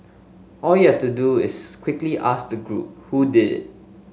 all you have to do is quickly ask the group who did it